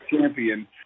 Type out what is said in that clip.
champion